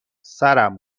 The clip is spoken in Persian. سرم